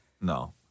No